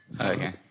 Okay